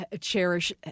cherish